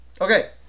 Okay